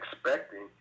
expecting